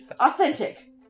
Authentic